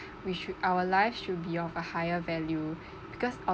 we should our life should be of a higher value because